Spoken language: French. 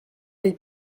les